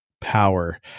power